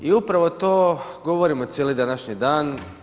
I upravo to govorimo cijeli današnji dan.